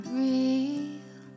real